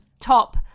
top